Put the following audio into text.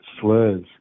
slurs